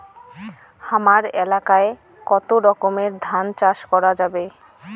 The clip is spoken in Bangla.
হামার এলাকায় কতো রকমের ধান চাষ করা যাবে?